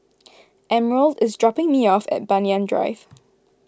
Emerald is dropping me off at Banyan Drive